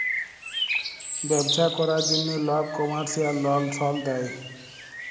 ব্যবছা ক্যরার জ্যনহে লক কমার্শিয়াল লল সল লেয়